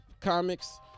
comics